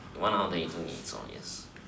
one hundred and two meters yes